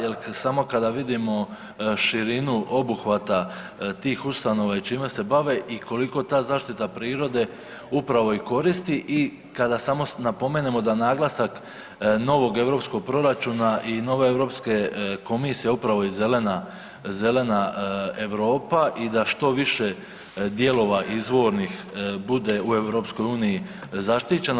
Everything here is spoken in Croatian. Jer samo kada vidimo širinu obuhvata tih ustanova i čime se bave i koliko ta zaštita prirode upravo i koristi i kada samo napomenemo da naglasak novog europskog proračuna i nove Europske komisije upravo i zelena Europa da što više dijelova izvornih bude u EU zaštićeno.